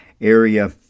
area